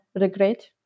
regret